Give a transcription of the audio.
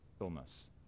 illness